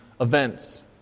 events